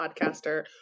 podcaster